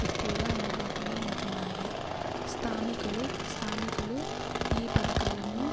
ఎక్కువగా అందుబాటులో ఉంటున్నాయి స్థానికులు స్థానికులు ఈ పథకాలను